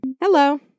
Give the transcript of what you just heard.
Hello